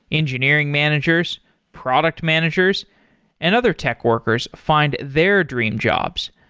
engineering managers, product managers and other tech workers find their dream jobs.